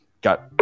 got